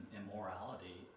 immorality